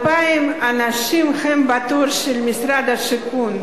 2,000 האנשים שהם בתור של משרד השיכון,